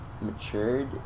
matured